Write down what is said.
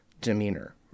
demeanor